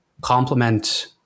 complement